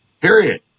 period